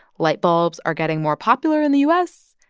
light bulbs are getting more popular in the u s.